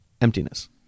emptiness